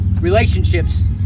relationships